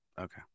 okay